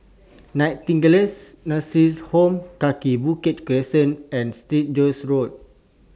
Nightingale Nursing Home Kaki Bukit Crescent and Saint George's Road